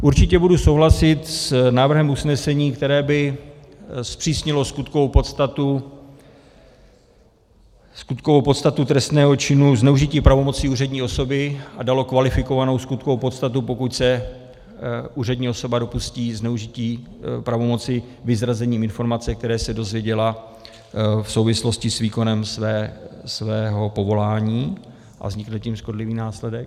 Určitě budu souhlasit s návrhem usnesení, které by zpřísnilo skutkovou podstatu trestného činu zneužití pravomoci úřední osoby a dalo kvalifikovanou skutkovou podstatu, pokud se úřední osoba dopustí zneužití pravomoci vyzrazení informace, které se dozvěděla v souvislosti s výkonem svého povolání, a vznikne tím škodlivý následek.